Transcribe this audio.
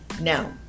Now